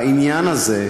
העניין הזה,